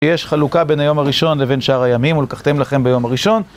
יש חלוקה בין היום הראשון לבין שאר הימים, ולקחתם לכם ביום הראשון.